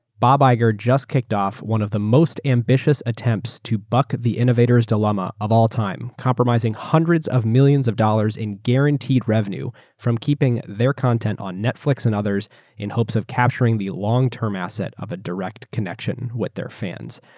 bob iger just kicked off one of the most ambitious attempts to buck the innovatoraeurs dilemma of all time, compromising hundreds of millions of dollars in guaranteed revenue from keeping their content on netflix and others in hopes of capturing the long-term asset of a direct connection with their fans.